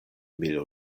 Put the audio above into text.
mil